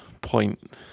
point